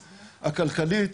הכלכלית,